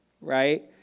right